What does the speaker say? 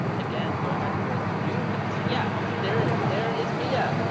again, going back to what you had said. yeah, there there is mia.